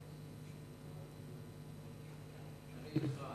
אני אתך.